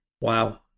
Wow